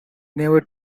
never